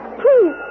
please